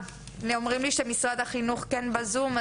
אומרים לי עכשיו שמשרד החינוך כן על הזום,